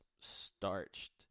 starched